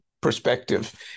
perspective